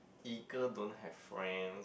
eagle don't have friends